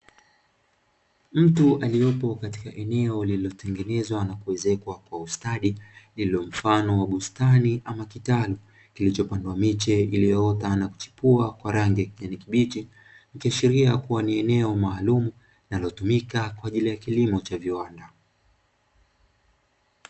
Mtu aliyopo katika eneo lilotengenezwa na kuezekwa kwa ustadi, lililo mfano wa bustani ama kitalu, kilichopandwa miche iliyoota na kuchipua kwa rangi ya kijani kibichi. Ikiashiria kuwa ni eneo maalumu linalotumika kwa ajili ya kilimo cha viwanda.